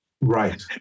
Right